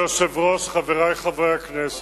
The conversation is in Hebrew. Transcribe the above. כבוד היושב-ראש, חברי חברי הכנסת,